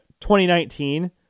2019